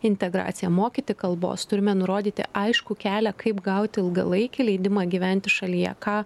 integraciją mokyti kalbos turime nurodyti aiškų kelią kaip gauti ilgalaikį leidimą gyventi šalyje ką